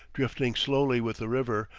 drifting slowly with the river,